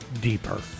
deeper